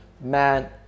man